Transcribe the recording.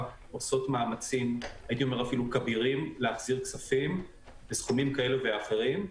עושות מאמצים כבירים להחזיר כספים בסכומים כאלה ואחרים,